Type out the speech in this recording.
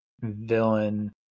villain